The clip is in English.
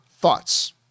thoughts